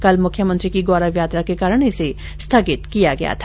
कल मुख्यमंत्री की गौरव यात्रा के कारण इसे स्थगित किया गया था